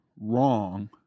wrong